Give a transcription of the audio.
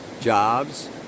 jobs